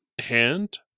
hand